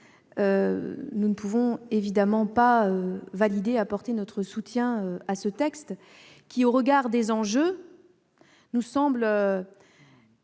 nous ne pouvons évidemment pas apporter notre soutien à ce texte, qui, au regard des enjeux, nous semble